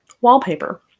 wallpaper